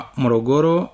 morogoro